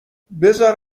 بزار